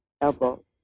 elbow